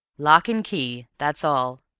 lock and key. that's all.